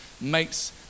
Makes